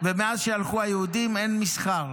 בין יהודים למוסלמים,